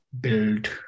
build